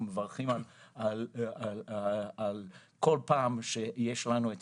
אנחנו מברכים על כל פעם שיש לנו את